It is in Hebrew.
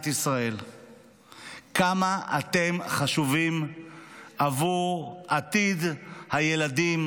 ישראל כמה אתם חשובים לעתיד הילדים,